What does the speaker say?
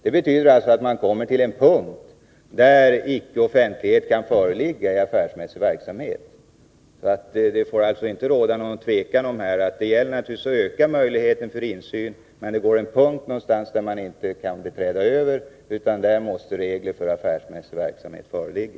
Det betyder att man i affärsmässig verksamhet kommer till en punkt där icke-offentlighet kan föreligga. Det får inte råda något tvivel om att det naturligtvis gäller att öka möjligheten för insyn, men det finns en punkt någonstans som man inte kan träda över, och då måste regler för affärsmässig verksamhet föreligga.